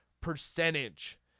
percentage